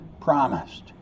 promised